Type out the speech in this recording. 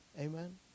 Amen